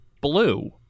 blue